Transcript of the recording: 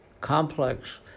complex